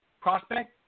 prospect